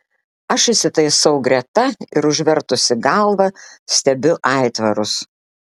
aš įsitaisau greta ir užvertusi galvą stebiu aitvarus